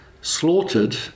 slaughtered